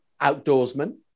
outdoorsman